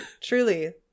Truly